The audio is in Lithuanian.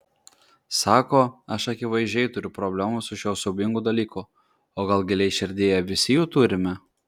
sako aš akivaizdžiai turiu problemų su šiuo siaubingu dalyku o gal giliai širdyje visi jų turime